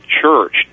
church